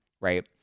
right